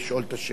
אדוני השר,